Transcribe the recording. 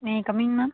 may I come in ma'am